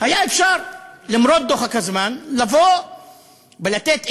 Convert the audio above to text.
והיה אפשר, למרות דוחק הזמן, לבוא ולתת אפשרות.